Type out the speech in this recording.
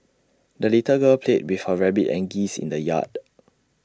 the little girl played with her rabbit and geese in the yard